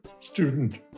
student